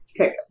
Okay